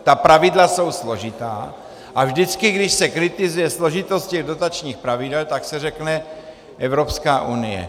Ta pravidla jsou složitá a vždycky, když se kritizuje složitost těch dotačních pravidel, tak se řekne Evropská unie.